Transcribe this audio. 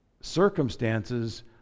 circumstances